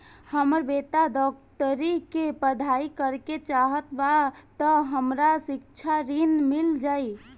हमर बेटा डाक्टरी के पढ़ाई करेके चाहत बा त हमरा शिक्षा ऋण मिल जाई?